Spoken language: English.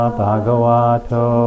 Bhagavato